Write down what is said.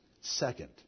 Second